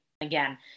again